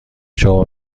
شما